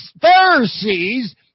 Pharisees